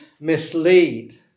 mislead